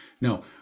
No